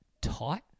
tight